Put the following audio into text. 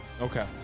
okay